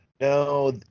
no